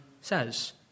says